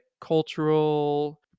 cultural